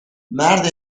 مرد